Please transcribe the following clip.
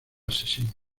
asesinos